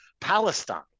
Palestine